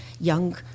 young